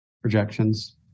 projections